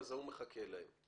ההוא מחכה להם.